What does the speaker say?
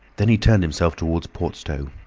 then he turned himself towards port stowe.